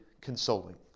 consoling